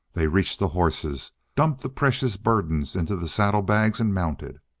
they reached the horses, dumped the precious burdens into the saddlebags, and mounted.